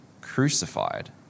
crucified